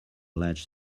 large